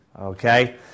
Okay